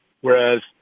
Whereas